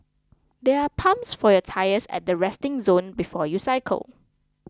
there are pumps for your tyres at the resting zone before you cycle